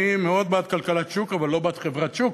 אני מאוד בעד כלכלת שוק, אבל לא בעד חברת שוק,